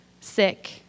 sick